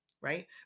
right